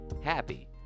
happy